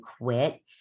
quit